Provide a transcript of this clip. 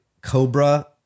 Cobra